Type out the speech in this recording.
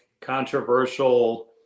controversial